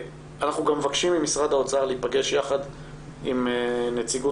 אנחנו גם מבקשים ממשרד האוצר להיפגש יחד עם נציגות